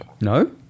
No